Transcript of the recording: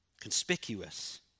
conspicuous